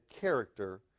character